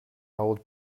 old